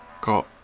got